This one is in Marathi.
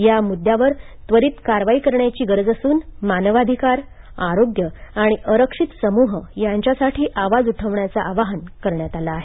या मुद्यावर त्वरित कारवाई करण्याची गरज असून मानवाधिकार आरोग्य आणि अरक्षित समूह यांच्यासाठी आवाज उठवण्याचं आवाहन करण्यात आलं आहे